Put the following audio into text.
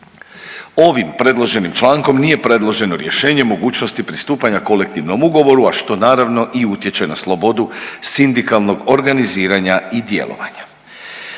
Ovim predloženim člankom nije predloženo rješenje mogućnosti pristupanja kolektivnom ugovoru, a što naravno i utječe na slobodu sindikalnog organiziranja i djelovanja.